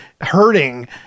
hurting